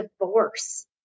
divorce